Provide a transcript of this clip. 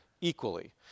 equally